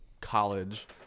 college